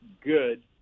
good